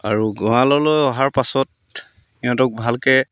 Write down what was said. আৰু গড়াললৈ অহাৰ পাছত সিহঁতক ভালকৈ